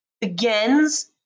begins